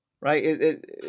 right